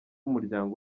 umuryango